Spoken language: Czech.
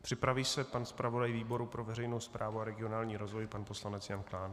Připraví se pan zpravodaj výboru pro veřejnou správu a regionální rozvoj pan poslanec Jan Klán.